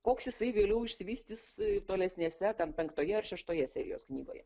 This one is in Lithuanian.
koks jisai vėliau išsivystys tolesnėse ten penktoje ar šeštoje serijos knygoje